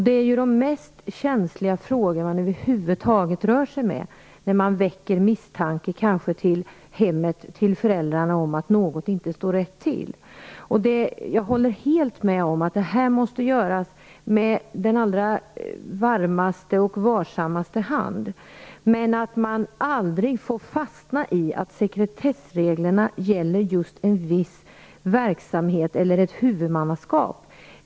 Det är ju de mest känsliga frågor som man över huvud taget har med att göra när man kanske väcker misstanke till föräldrarna om att något inte står rätt till. Jag håller helt med om att detta måste göras med den allra varmaste och varsammaste handen, men att man aldrig får fastna i att sekretessreglerna gäller just en viss verksamhet eller ett huvudmannaskap.